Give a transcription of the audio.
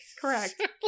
Correct